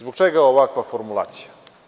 Zbog čega ovakva formulacija?